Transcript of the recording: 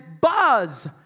Buzz